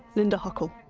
linda huckle.